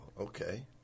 Okay